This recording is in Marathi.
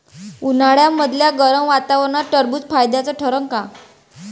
उन्हाळ्यामदल्या गरम वातावरनात टरबुज फायद्याचं ठरन का?